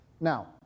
Now